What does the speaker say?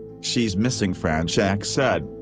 she's missing fronczak said.